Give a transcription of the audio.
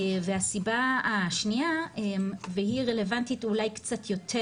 הסיבה השנייה והיא רלבנטית אולי קצת יותר